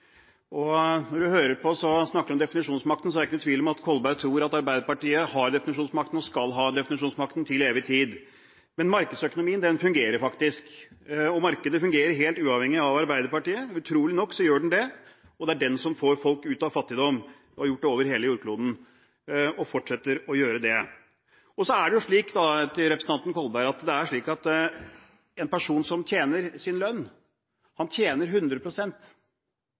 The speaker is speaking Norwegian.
ord. Når en hører ham snakke om definisjonsmakten, er det ikke noen tvil om at Martin Kolberg tror at Arbeiderpartiet har definisjonsmakten og skal ha definisjonsmakten til evig tid. Men markedsøkonomien fungerer, faktisk, og markedet fungerer helt uavhengig av Arbeiderpartiet – utrolig nok gjør den det. Det er den som får folk ut av fattigdom, og som har gjort det og fortsetter å gjøre det over hele jordkloden. Og til representanten Kolberg: Det er slik at en person som tjener sin lønn, tjener